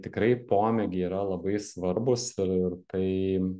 tai pomėgiai yra labai svarbūs ir tai